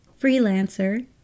freelancer